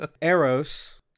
Eros